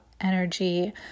energy